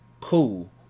Cool